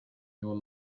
your